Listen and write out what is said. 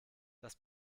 das